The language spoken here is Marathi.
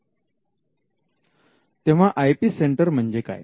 तेव्हा आय पी सेंटर म्हणजे काय